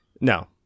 No